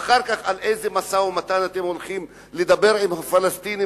ואחר כך על איזה משא-ומתן אתם הולכים לדבר עם הפלסטינים,